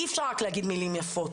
אי אפשר רק להגיד מילים יפות,